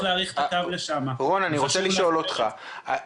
להאריך את הקו לשם וחשוב לחבר את זה,